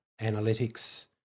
analytics